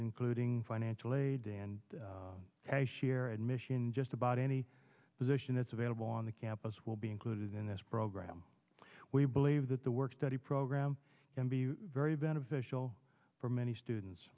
including financial aid and share admission just about any position that's available on the campus will be included in this program we believe that the work study program can be very beneficial for many students